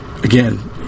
again